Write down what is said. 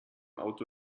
auto